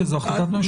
כי זו החלטת ממשלה.